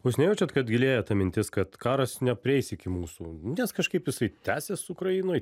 jūs nejaučiat kad gilėja ta mintis kad karas neprieis iki mūsų nes kažkaip jisai tęsias ukrainoj